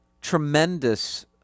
tremendous